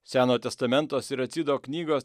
senojo testamento siracido knygos